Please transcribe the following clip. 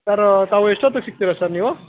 sir ತಾವು ಎಷ್ಟೊತ್ತಿಗೆ ಸಿಗ್ತೀರ ಸರ್ ನೀವು